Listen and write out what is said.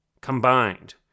Combined